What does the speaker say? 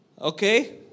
Okay